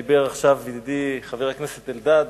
דיבר עכשיו ידידי חבר הכנסת אלדד,